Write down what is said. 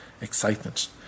excitement